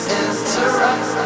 interrupt